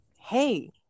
hey